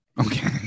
Okay